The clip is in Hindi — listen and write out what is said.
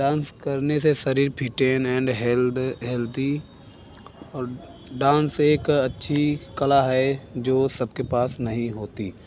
डांस करने से शरीर फिट एंड हेल्दी और डांस एक अच्छी कला है जो सब के पास नहीं होती